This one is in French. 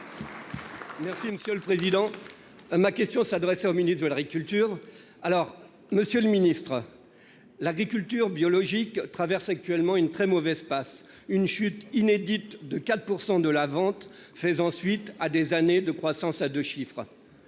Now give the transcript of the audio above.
Merci monsieur le président. Ma question s'adresse aux minutes veulerie, culture. Alors Monsieur le Ministre. L'agriculture biologique traverse actuellement une très mauvaise passe. Une chute inédite de 4% de la vente. Faisant suite à des années de croissance à 2 chiffres.